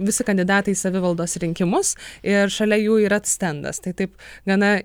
visi kandidatai į savivaldos rinkimus ir šalia jų yra stendas tai taip gana